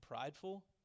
prideful